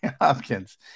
Hopkins